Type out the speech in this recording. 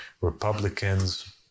Republicans